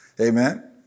Amen